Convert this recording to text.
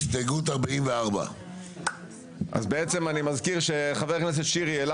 הסתייגות 44. אז בעצם אני מזכיר שחבר הכנסת שירי העלה